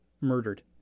murdered